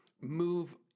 move